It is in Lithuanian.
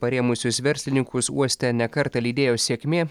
parėmusius verslininkus uoste ne kartą lydėjo sėkmė